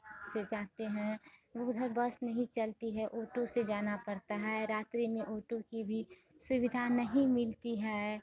से जाते हैं और उधर बस नहीं चलती है ओटो से जाना पड़ता है रात्री में ओटो की भी सुविधा नहीं मिलती हैं